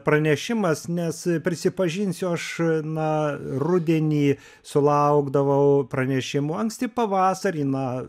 pranešimas nes prisipažinsiu aš na rudenį sulaukdavau pranešimų anksti pavasarį na